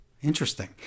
Interesting